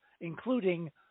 including